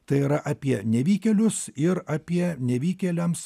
tai yra apie nevykėlius ir apie nevykėliams